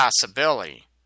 possibility